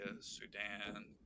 Sudan